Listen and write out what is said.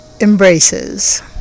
embraces